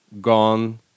Gone